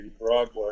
broadway